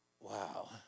wow